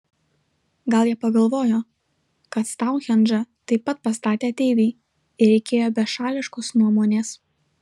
gal jie pagalvojo kad stounhendžą taip pat pastatė ateiviai ir reikėjo bešališkos nuomonės